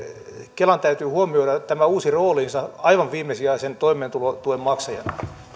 kelan täytyy huomioida tämä uusi roolinsa aivan viimesijaisen toimeentulotuen maksajana